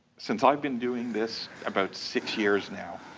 since i've been doing this, about six years now.